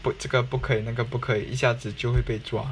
put 这个不可以那个不可以一下子就会被抓